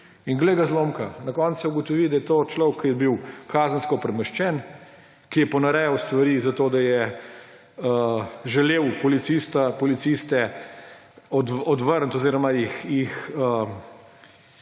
In glej ga zlomka, na koncu se ugotovi, da je to človek, ki je bil kazensko premeščen, ki je ponarejal stvari, ker je želel policiste odvrniti oziroma jih